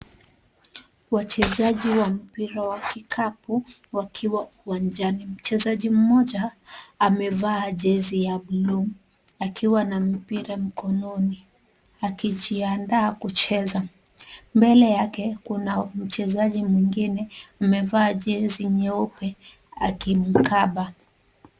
Wachezaji wa mpira wa kikapu wakiwa uwanjani. Mchezaji mmoja amevaa jezi ya blue akiwa na mpira mkononi akijiandaa kucheza. Mbele yake kuna mchezaji mwingine amevaa jezi nyeupe akimkaba.